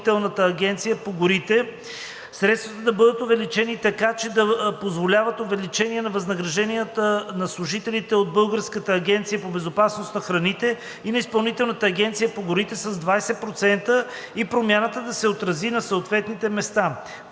от Изпълнителната агенция по горите“. Средствата да бъдат увеличени така, че да позволят увеличение на възнагражденията на служителите от Българската агенция по безопасност на храните и на Изпълнителната агенция по горите с 20% и промяната да се отрази на съответните места.